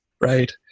right